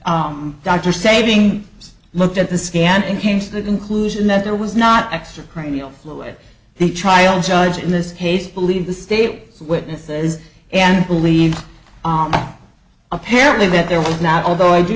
fluid dr saving looked at the scan and came to the conclusion that there was not extra cranial fluid the trial judge in this case believed the state's witnesses and believed apparently that there was not although i do